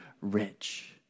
rich